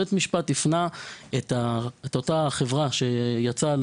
בית המשפט הפנה את אותה חברה שיצאה